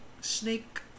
Snake